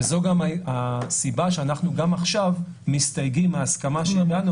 וזו גם הסיבה שאנחנו גם עכשיו מסתייגים מההסכמה שהגענו